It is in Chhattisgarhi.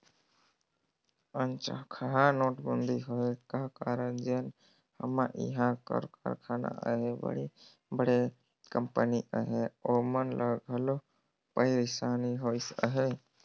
अनचकहा नोटबंदी होए का कारन जेन हमा इहां कर कारखाना अहें बड़े बड़े कंपनी अहें ओमन ल घलो पइरसानी होइस अहे